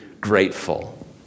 grateful